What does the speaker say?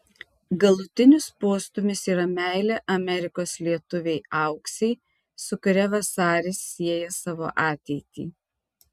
galutinis postūmis yra meilė amerikos lietuvei auksei su kuria vasaris sieja savo ateitį